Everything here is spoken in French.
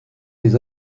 les